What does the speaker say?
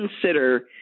consider